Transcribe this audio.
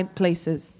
places